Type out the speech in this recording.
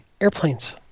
airplanes